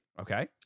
Okay